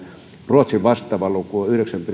ruotsin vastaava luku on yhdeksän pilkku